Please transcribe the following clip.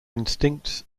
instincts